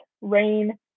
rain